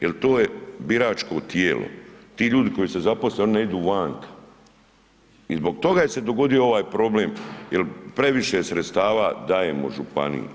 Jel to je biračko tijelo, ti ljudi koji se zaposle oni ne idu vanka i zbog toga se je dogodio ovaj problem jer previše sredstava dajemo županiji.